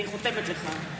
אני חותמת לך,